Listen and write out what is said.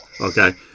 Okay